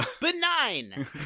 Benign